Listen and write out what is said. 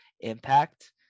impact